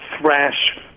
thrash